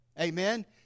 Amen